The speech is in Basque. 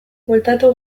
bueltatu